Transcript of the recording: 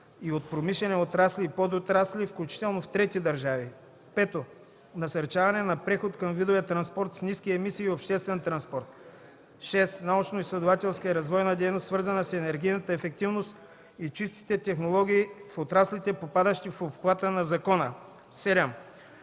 и от промишлени отрасли и подотрасли, включително в трети държави; 5. насърчаване на преход към видове транспорт с ниски емисии и обществен транспорт; 6. научноизследователска и развойна дейност, свързана с енергийната ефективност и чистите технологии в отраслите, попадащи в обхвата на закона; 7.